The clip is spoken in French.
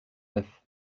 neuf